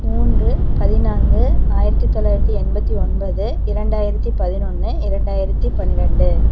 மூன்று பதினான்கு ஆயிரத்தி தொள்ளாயிரத்தி எண்பத்தி ஒன்பது இரண்டாயிரத்தி பதினொன்று இரண்டாயிரத்தி பன்னிரெண்டு